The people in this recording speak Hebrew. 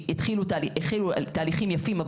שהחלו תהליכים יפים,